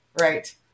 Right